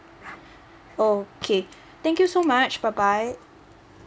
okay thank you so much bye bye